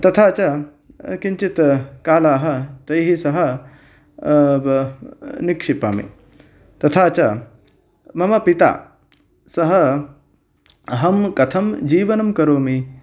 तथा च किञ्चित् कालाः तैः सह निक्षिपामि तथा च मम पिता सः अहं कथं जीवनं करोमि